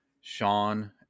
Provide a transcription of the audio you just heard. Sean